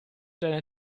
deiner